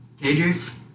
KJ